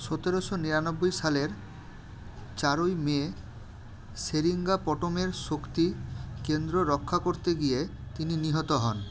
সোতেরোশো নিরানব্বই সালের চারই মে সেরিঙ্গাপটমের শক্তি কেন্দ্র রক্ষা করতে গিয়ে তিনি নিহত হন